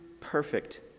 perfect